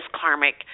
karmic